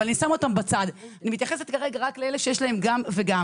אבל אני שמה אותם בצד ומתייחסת כרגע לאנשים שיש להם גם וגם.